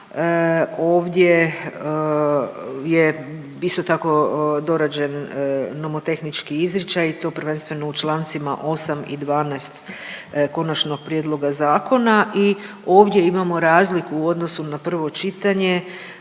ovdje je isto tako dorađen nomotehnički izričaj i to prvenstveno u Člancima 8. i 12. konačnog prijedloga zakona i ovdje imamo razliku u odnosu na prvo čitanje